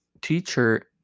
teacher